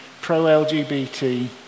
Pro-LGBT